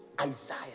Isaiah